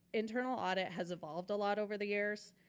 internal audit has evolved a lot over the years,